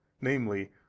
namely